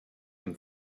and